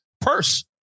purse